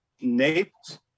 Naples